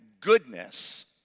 goodness